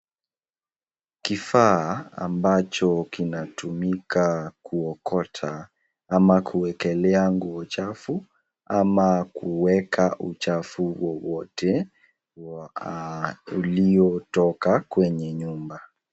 Kifaa ambacho kinatumika kuokota ama kuekelea nguo chafu ama kuweka uchafu wowote wa ulio toka kwenye nyumba.